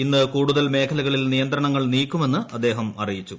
ഇന്ന് കൂടുതൽ മേഖലകളിൽ നിയന്ത്രണങ്ങൾ നീക്കുമെന്ന് അദ്ദേഹം അറിയിച്ചു